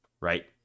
Right